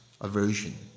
aversion